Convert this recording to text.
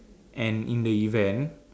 and in the event